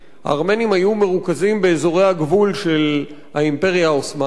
הארמנים היו מרוכזים באזורי הגבול של האימפריה העות'מאנית